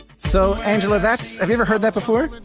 so, angela, that's have you ever heard that before?